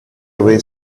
away